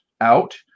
out